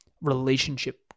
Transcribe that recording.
relationship